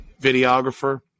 videographer